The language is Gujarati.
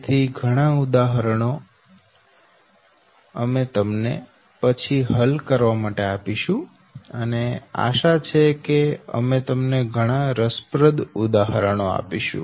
તેથી ઘણા ઉદાહરણો અમે તમને પછી હલ કરવા માટે આપીશું અને આશા છે કે અમે તમને ઘણા રસપ્રદ ઉદાહરણો આપીશું